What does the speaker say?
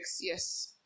Yes